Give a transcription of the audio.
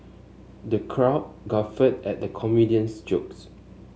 the crowd guffawed at the comedian's jokes